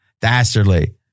dastardly